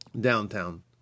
downtown